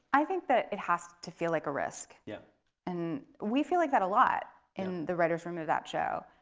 i think that it has to feel like a risk, yeah and we feel like that a lot in the writer's room of that show.